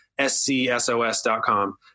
scsos.com